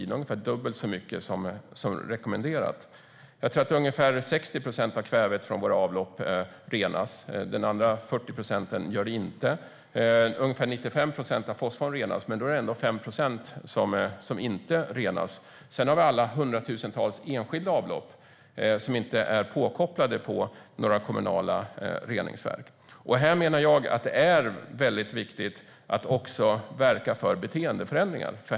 Det är ungefär dubbelt så mycket som rekommenderas. Ungefär 60 procent av kvävet från våra avlopp renas; de andra 40 procenten renas inte. Ungefär 95 procent av fosforn tas bort i reningen, men det är ändå ungefär 5 procent som blir kvar. Sedan har vi hundratusentals enskilda avlopp som inte är ihopkopplade med några kommunala reningsverk. Jag menar att det är väldigt viktigt att också verka för beteendeförändringar.